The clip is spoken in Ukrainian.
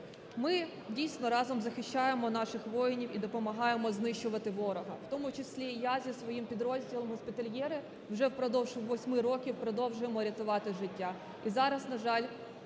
Ми, дійсно, разом захищаємо наших воїнів і допомагаємо знищувати ворога, в тому числі я зі своїм підрозділом "Госпітальєри" вже впродовж 8 років продовжуємо рятувати життя.